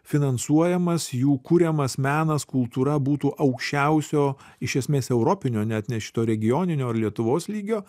finansuojamas jų kuriamas menas kultūra būtų aukščiausio iš esmės europinio net ne šito regioninio ar lietuvos lygio